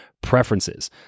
preferences